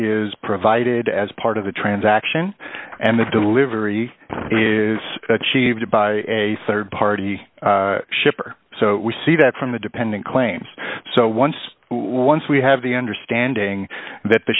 is provided as part of the transaction and the delivery is achieved by a rd party shipper so we see that from the dependent claims so once once we have the understanding that the